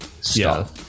stop